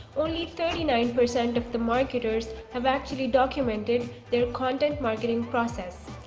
only thirty nine percent of the marketers have actually documented their content marketing process.